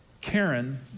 Karen